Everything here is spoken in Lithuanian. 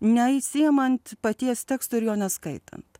neišsiimant paties teksto ir jo neskaitant